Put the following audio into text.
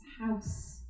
house